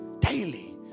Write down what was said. Daily